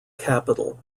capital